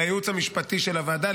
לייעוץ המשפטי של הוועדה,